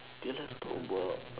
they like to talk about